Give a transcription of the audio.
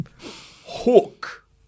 Hook